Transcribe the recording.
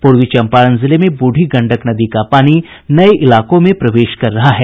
पूर्वी चंपारण जिले में बूढ़ी गंडक नदी का पानी नये इलाकों में प्रवेश कर रहा है